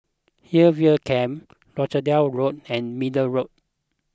Hillview Camp Rochdale Road and Middle Road